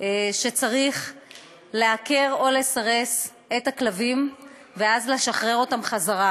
שצריך לעקר או לסרס את הכלבים ואז לשחרר אותם חזרה,